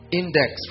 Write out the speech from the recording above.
index